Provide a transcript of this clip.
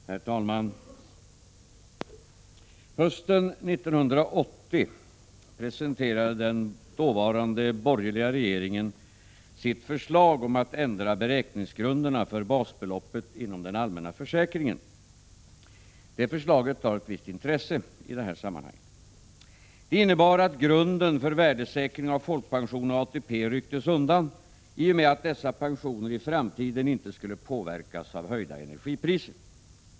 Herr talman! Hösten 1980 presenterade den dåvarande borgerliga regeringen sitt förslag om att ändra beräkningsgrunderna för basbeloppet inom den allmänna försäkringen. Det förslaget är av visst intresse i detta sammanhang. Det innebar att grunden för värdesäkringen av folkpensionerna, ATP, rycktes undan i och med att dessa pensioner i framtiden inte skulle påverkas av höjda energipriser.